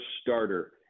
starter